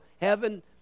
heaven